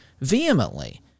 vehemently